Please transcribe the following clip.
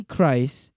Christ